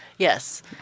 Yes